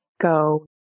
go